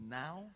now